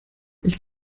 ich